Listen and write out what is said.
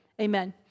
Amen